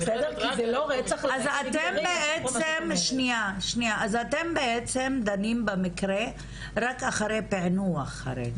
אז אתם בעצם דנים במקרה רק אחרי פענוח הרצח.